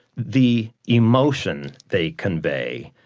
the emotion they convey,